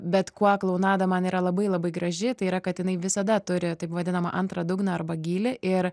bet kuo klounada man yra labai labai graži tai yra kad jinai visada turi taip vadinamą antrą dugną arba gylį ir